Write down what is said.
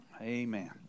Amen